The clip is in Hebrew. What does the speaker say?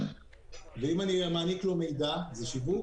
ואם אני מעניק לו מידע, זה שיווק?